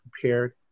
prepared